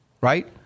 right